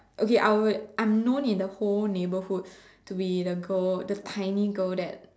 okay I I'm known in the whole neighborhood to be the girl the tiny girl that